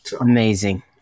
Amazing